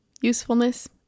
usefulness